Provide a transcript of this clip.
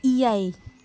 ᱮᱭᱟᱭ